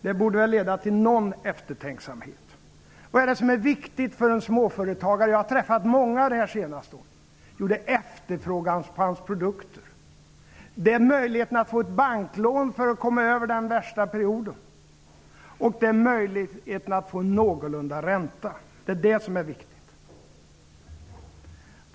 Det borde leda till någon eftertänksamhet. Vad är det som är viktigt för en småföretagare? Jag har träffat många under det senaste året. Jo, det viktiga är efterfrågan på hans produkter. Det är möjligheten att få ett banklån för att komma över den värsta perioden. Det är möjligheten att få någorlunda ränta. Det är detta som är viktigt.